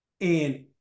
And-